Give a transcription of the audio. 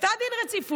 עשתה דין רציפות,